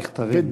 מכתבים.